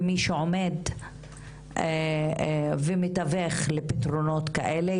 ומי שעומד ומתווך לפתרונות כאלה,